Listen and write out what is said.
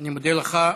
אני מודה לך.